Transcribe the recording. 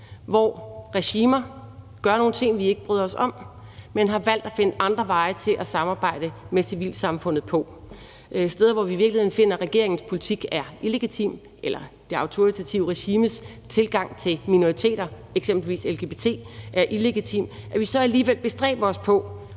hvor regimer gør nogle ting, vi ikke bryder os om. Vi har valgt at finde andre veje til at samarbejde med civilsamfundet steder, hvor vi i virkeligheden finder regeringens politik illegitim eller det autoritative regimes tilgang til minoriteter, eksempelvis lgbt, illegitim, men hvor vi så alligevel bestræber os på